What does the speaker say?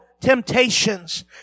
temptations